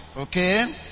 Okay